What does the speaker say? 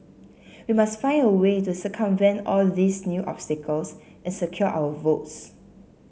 we must find a way to circumvent all these new obstacles and secure our votes